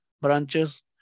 branches